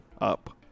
up